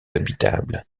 habitable